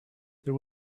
there